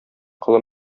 колы